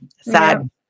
sad